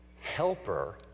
helper